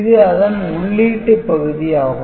இது அதன் உள்ளீட்டு பகுதி ஆகும்